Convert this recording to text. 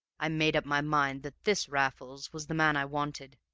i made up my mind that this raffles was the man i wanted,